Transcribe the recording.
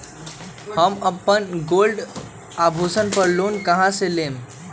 हम अपन गोल्ड आभूषण पर लोन कहां से लेम?